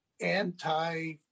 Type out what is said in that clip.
anti